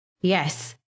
Yes